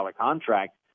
contract